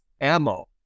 ammo